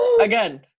again